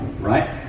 right